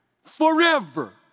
Forever